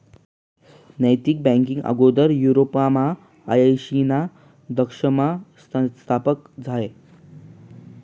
नैतिक बँकींग आगोदर युरोपमा आयशीना दशकमा स्थापन झायं